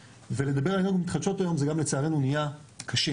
ולדבר על אנרגיות מתחדשות היום זה גם לצערנו נהיה קשה.